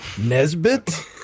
Nesbit